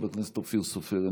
חבר הכנסת אופיר סופר,